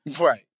Right